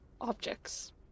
objects